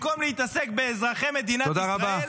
במקום להתעסק באזרחי מדינת ישראל -- תודה רבה.